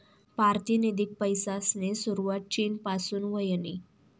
पारतिनिधिक पैसासनी सुरवात चीन पासून व्हयनी